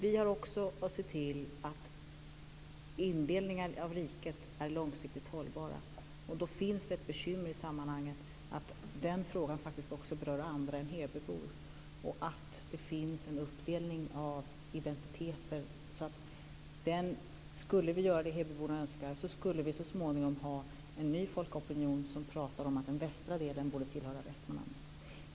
Vi har också att se till att indelningen av riket är långsiktigt hållbar, och då finns det ett bekymmer i sammanhanget: Den frågan berör faktiskt också andra än Hebybor, och det finns en uppdelning av identiteter. Skulle vi göra det Hebyborna önskar så skulle vi så småningom ha en ny folkopinion som pratar om att den västra delen borde tillhöra Västmanland.